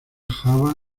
java